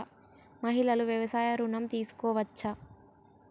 మహిళలు వ్యవసాయ ఋణం తీసుకోవచ్చా?